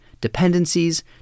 dependencies